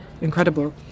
incredible